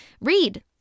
Read